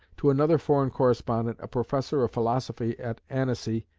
to another foreign correspondent, a professor of philosophy at annecy,